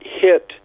hit